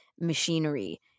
machinery